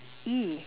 !ee!